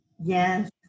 Yes